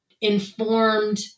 informed